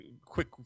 quick